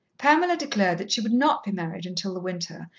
pamela declared that she would not be married until the winter,